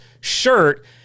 shirt